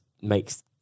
makes